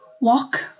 walk